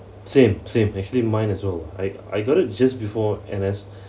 same same actually mine as well I I got it just before N_S